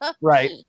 right